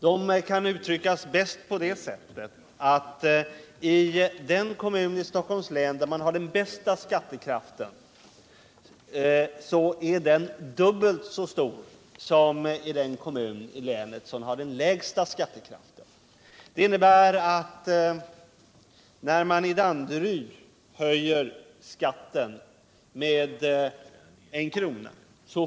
Detta kan uttryckas på det sättet att den bäst ställda kommunen i Stockholms län har en skattekraft som är dubbelt så stor som den man har i kommunen med lägsta skattekraften. Det innebär att när man i Danderyd höjer skatten med 1 kr.